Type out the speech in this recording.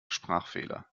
sprachfehler